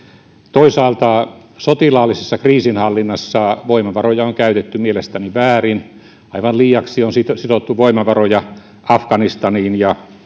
toisaalta sotilaallisessa kriisinhallinnassa voimavaroja on käytetty mielestäni väärin aivan liiaksi on sidottu voimavaroja afganistaniin ja